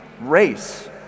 race